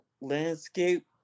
landscape